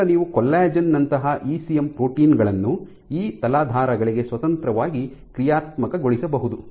ನಂತರ ನೀವು ಕೊಲ್ಲಾಜೆನ್ ನಂತಹ ಇಸಿಎಂ ಪ್ರೋಟೀನ್ ಗಳನ್ನು ಈ ತಲಾಧಾರಗಳಿಗೆ ಸ್ವತಂತ್ರವಾಗಿ ಕ್ರಿಯಾತ್ಮಕಗೊಳಿಸಬಹುದು